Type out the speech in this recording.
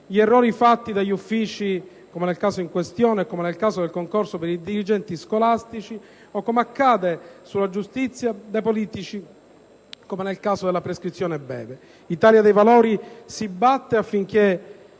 degli errori fatti dagli uffici (come nel caso in questione e in quello del concorso per dirigenti scolastici) o, come accade sulla giustizia, dai politici (come nel caso della prescrizione breve). L'Italia dei Valori si batte affinché